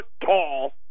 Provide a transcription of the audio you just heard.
tall